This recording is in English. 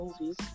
movies